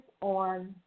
on